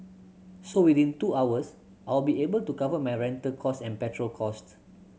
so within two hours I'll be able to cover my rental cost and petrol cost